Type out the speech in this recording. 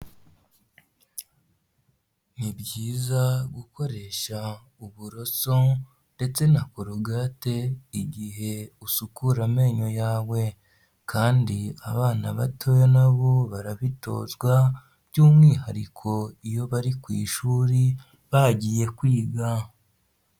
Ni byiza gukoresha uburoso ndetse na korogate igihe usukura amenyo yawe. Kandi abana batoya na bo barabitozwa, by'umwihariko iyo bari ku ishuri, bagiye kwiga.